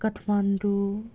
Kathmandu